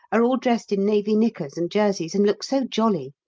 are all dressed in navy knickers and jerseys and look so jolly.